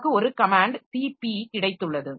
நமக்கு ஒரு comment cp கிடைத்துள்ளது